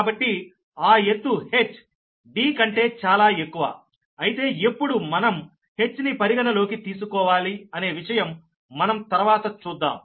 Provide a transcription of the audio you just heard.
కాబట్టి ఆ ఎత్తు h D కంటే చాలా ఎక్కువఅయితే ఎప్పుడు మనం h ని పరిగణలోకి తీసుకోవాలి అనే విషయం మనం తర్వాత చూద్దాం